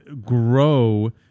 grow